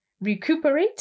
recuperate